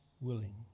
willing